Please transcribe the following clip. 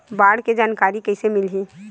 बाढ़ के जानकारी कइसे मिलही?